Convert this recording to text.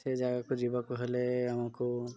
ସେ ଜାଗାକୁ ଯିବାକୁ ହେଲେ ଆମକୁ